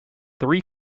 three